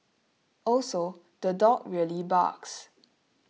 also the dog really barks